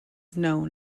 known